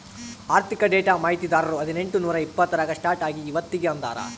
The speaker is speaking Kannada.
ಆರ್ಥಿಕ ಡೇಟಾ ಮಾಹಿತಿದಾರರು ಹದಿನೆಂಟು ನೂರಾ ಎಪ್ಪತ್ತರಾಗ ಸ್ಟಾರ್ಟ್ ಆಗಿ ಇವತ್ತಗೀ ಅದಾರ